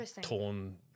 torn